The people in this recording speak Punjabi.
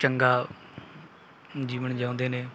ਚੰਗਾ ਜੀਵਨ ਜਿਉਂਦੇ ਨੇ